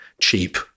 cheap